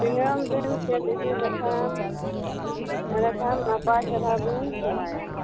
ᱫᱤᱱᱟᱹᱢ ᱫᱤᱱ ᱠᱷᱮᱞ ᱤᱫᱤ ᱞᱮᱠᱷᱟᱱ ᱮᱰᱮᱠᱷᱟᱱ ᱱᱟᱯᱟᱭ ᱪᱮᱨᱦᱟ ᱵᱮᱱ ᱥᱮᱬᱟᱭᱟ